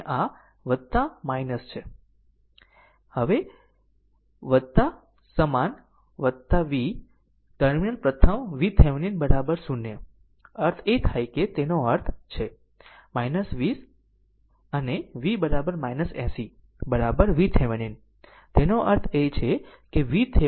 આમ વત્તા સમાન V ટર્મિનલ પ્રથમ VThevenin 0 અર્થ એ થાય કે તેનો અર્થ છે 20 અને V 80 VThevenin તેનો અર્થ છે VThevenin 100 વોલ્ટ